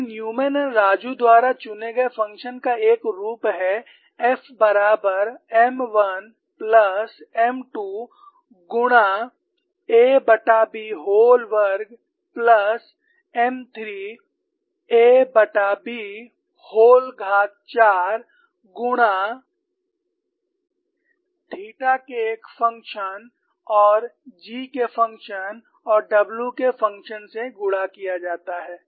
फिर न्यूमैन और राजू द्वारा चुने गए फ़ंक्शन का एक रूप है F बराबर M 1 प्लस M 2 गुणा aB व्होल वर्ग प्लस M3 aB व्होल घात 4 गुणा थीटा के एक फ़ंक्शन और एक g के फ़ंक्शन और w के फ़ंक्शन से गुणा किया जाता है